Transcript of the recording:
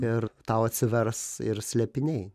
ir tau atsivers ir slėpiniai